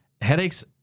headaches